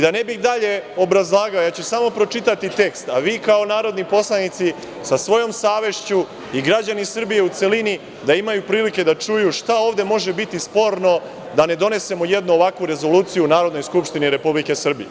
Da ne bih dalje obrazlagao, ja ću samo pročitati tekst, a vi kao narodni poslanici sa svojom savešću i građani Srbije u celini da imaju prilike da čuju šta ovde može biti sporno, da ne donesemo jednu ovakvu rezoluciju u Narodnoj skupštini Republike Srbije